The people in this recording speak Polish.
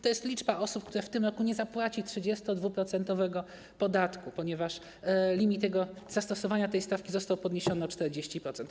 To jest liczba osób, które w tym roku nie zapłacą 32-procentowego podatku, ponieważ limit zastosowania tej stawki został podniesiony o 40%.